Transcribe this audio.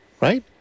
Right